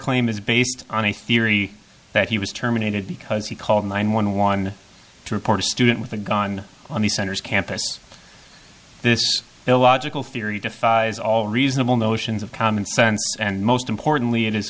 claim is based on a theory that he was terminated because he called nine one one to report a student with a gun on the center's campus this illogical theory defies all reasonable notions of common sense and most importantly i